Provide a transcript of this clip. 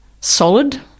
solid